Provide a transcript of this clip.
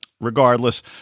regardless